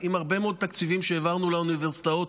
עם הרבה מאוד תקציבים שהעברנו לאוניברסיטאות,